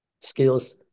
skills